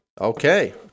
Okay